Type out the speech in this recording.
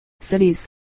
cities